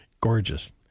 Gorgeous